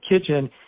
kitchen